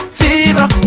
fever